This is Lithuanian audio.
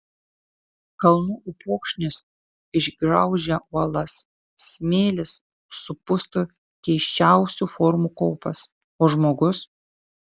kalnų upokšnis išgraužia uolas smėlis supusto keisčiausių formų kopas o žmogus